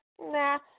Nah